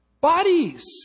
Bodies